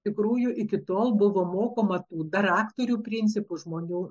iš tikrųjų iki tol buvo mokoma tų daraktorių principų žmonių